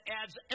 adds